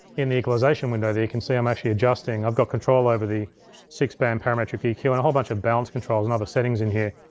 in the equalization window, that you can see i'm actually adjusting, i've got control over the six band parametric eq and a whole bunch of balance controls and other settings in here.